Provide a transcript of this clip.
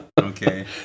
okay